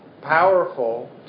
powerful